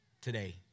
today